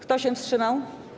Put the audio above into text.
Kto się wstrzymał?